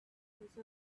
because